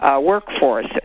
workforce